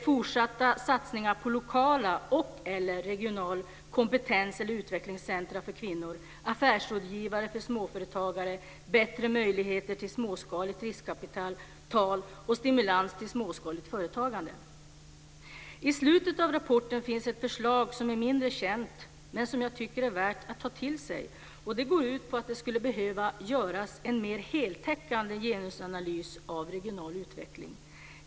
· Fortsatta satsningar på lokala eller regionala kompetens eller utvecklingscentrum för kvinnor, affärsrådgivare för småföretagare, bättre möjligheter till småskaligt riskkapital och stimulans till småskaligt företagande. I slutet av rapporten finns ett förslag som är mindre känt men som jag tycker är värt att ta till sig. Det går ut på att det skulle behöva göras en mer heltäckande genusanalys av regional utveckling.